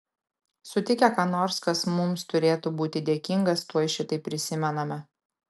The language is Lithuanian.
sutikę ką nors kas mums turėtų būti dėkingas tuoj šitai prisimename